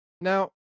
Now